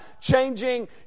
changing